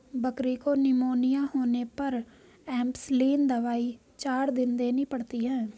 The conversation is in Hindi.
बकरी को निमोनिया होने पर एंपसलीन दवाई चार दिन देनी पड़ती है